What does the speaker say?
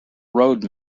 road